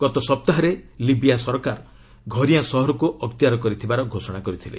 ଗତ ସପ୍ତାହରେ ଲିବିଆ ସରକାର ଘରିୟାଁ ସହରକୁ ଅକ୍ତିଆର କରିଥିବାର ଘୋଷଣା କରିଥିଲେ